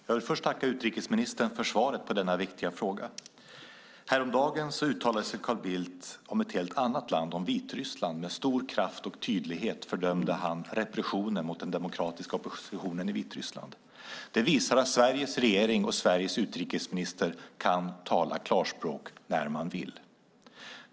Herr talman! Jag vill tacka utrikesministern för svaret på denna viktiga fråga. Häromdagen uttalade sig Carl Bildt om ett helt annat land, Vitryssland. Med stor kraft och tydlighet fördömde han repressionen mot den demokratiska oppositionen i Vitryssland. Det visar att Sveriges regering och utrikesminister kan tala klarspråk när de vill.